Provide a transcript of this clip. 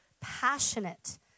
passionate